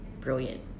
brilliant